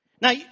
Now